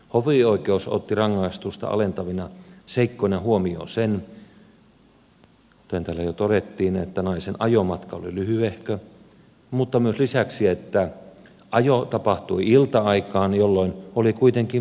hovioikeus otti rangaistusta alentavina seikkoina huomioon sen kuten täällä jo todettiin että naisen ajomatka oli lyhyehkö mutta myös lisäksi sen että ajo tapahtui ilta aikaan jolloin oli kuitenkin vielä päivänvaloa